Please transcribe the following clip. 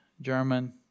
German